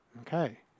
Okay